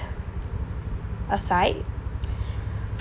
aside